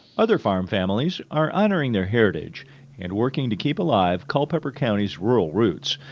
other farm families are honoring their heritage and working to keep alive culpeper county's rural roots.